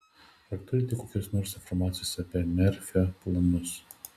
ar turite kokios nors informacijos apie merfio planus